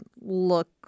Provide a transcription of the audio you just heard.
look